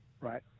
right